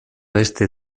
este